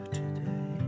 today